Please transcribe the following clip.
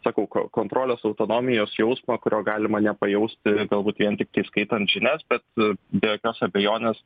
sakau ko kontrolės autonomijos jausmą kurio galima nepajausti galbūt vien tik tai skaitant žinias bet be jokios abejonės